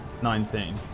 19